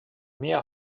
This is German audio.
mehr